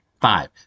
Five